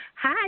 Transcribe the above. Hi